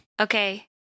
Okay